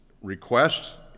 request